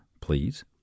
please